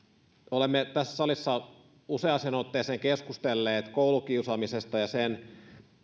olemme tässä salissa useaan otteeseen keskustelleet koulukiusaamisesta ja